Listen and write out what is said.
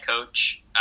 coach